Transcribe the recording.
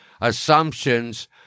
assumptions